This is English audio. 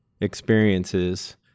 experiences